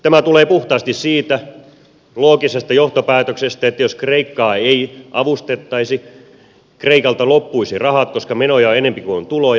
tämä tulee puhtaasti siitä loogisesta johtopäätöksestä että jos kreikkaa ei avustettaisi kreikalta loppuisivat rahat koska menoja on enempi kuin on tuloja